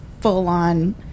full-on